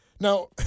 now